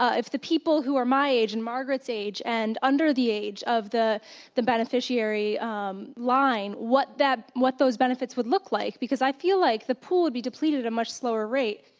ah if the people who are my age and margaret's age and under the age of the the beneficiary um line, what that what those benefits would look like, because i feel like the pool would be depleted at a much slower rate.